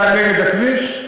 אתה נגד הכביש?